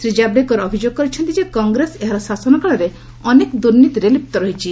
ଶ୍ରୀ ଟ୍ରାଭଡ଼େକର ଅଭିଯୋଗ କରିଛନ୍ତି ଯେ କଂଗ୍ରେସ ଏହାର ଶାସନକାଳରେ ଅନେକ ଦୂର୍ନୀତିରେ ଲିପ୍ଟ ରହିଛି